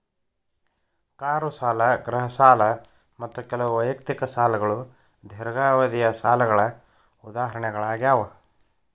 car ಸಾಲ ಗೃಹ ಸಾಲ ಮತ್ತ ಕೆಲವು ವೈಯಕ್ತಿಕ ಸಾಲಗಳು ದೇರ್ಘಾವಧಿಯ ಸಾಲಗಳ ಉದಾಹರಣೆಗಳಾಗ್ಯಾವ